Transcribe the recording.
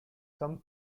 some